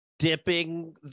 Dipping